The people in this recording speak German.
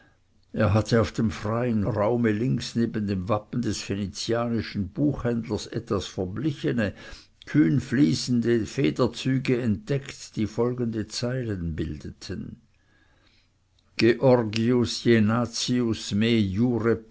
er hatte auf dem freien raume links neben dem wappen des venezianischen buchhändlers etwas verblichene kühnfließende federzüge entdeckt die folgende zeilen bildeten georgius jenatius